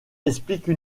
explique